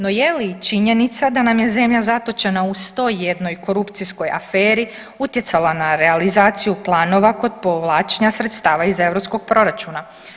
No je li činjenica da nam je zemlja zatočena u sto i jednoj korupcijskoj aferi utjecala na realizaciju planova kod povlačenja sredstava iz EU proračuna.